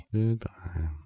Goodbye